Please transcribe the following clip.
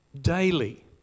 daily